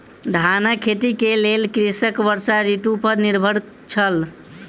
धानक खेती के लेल कृषक वर्षा ऋतू पर निर्भर छल